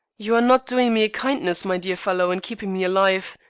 you are not doing me a kindness, my dear fellow, in keeping me alive,